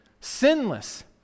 sinless